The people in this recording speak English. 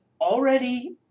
already